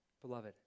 beloved